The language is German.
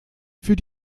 für